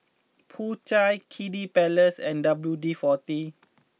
Po Chai Kiddy Palace and W D forty